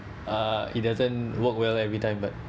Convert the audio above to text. uh it doesn't work well every time but